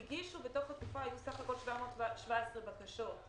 בתוך התקופה היו בסך הכול 717 בקשות.